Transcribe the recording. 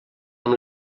amb